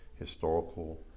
historical